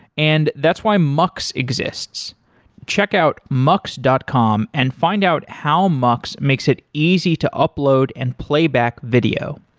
and that's why mux exists check out mux dot com and find out how mux makes it easy to upload and playback video.